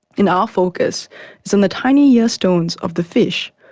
and our focus is on the tiny yeah earstones of the fish,